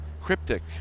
Cryptic